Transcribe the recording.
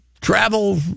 travel